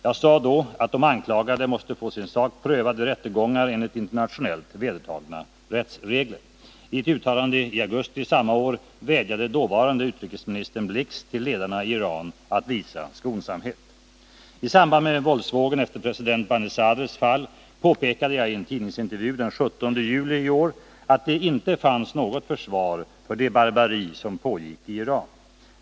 Jag sade då att de anklagade måste få sin sak prövad vid rättegångar enligt internationellt vedertagna rättsregler. I ett uttalande i augusti samma år vädjade dåvarande utrikesministern Blix till ledarna i Iran att visa skonsamhet. I samband med våldsvågen efter president Banisadrs fall, påpekade jagien Nr 33 tidningsintervju den 17 juli i år, att det inte fanns något försvar för det barbari som pågick i Iran.